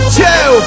two